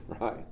Right